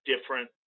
different